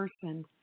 person